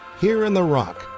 here in the rock,